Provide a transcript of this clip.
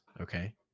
Okay